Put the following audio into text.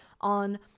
on